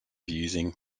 using